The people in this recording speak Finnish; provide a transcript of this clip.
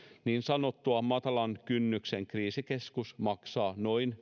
niin sanottu matalan kynnyksen kriisikeskus maksaa noin